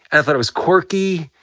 i thought it was quirky.